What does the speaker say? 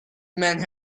men